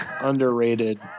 underrated